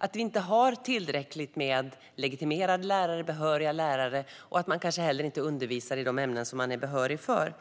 Vi har inte tillräckligt många legitimerade, behöriga lärare, och lärare kanske inte heller undervisar i de ämnen de har behörighet för.